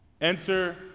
Enter